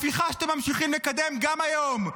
הפיכה שאתם ממשיכים לקדם גם היום,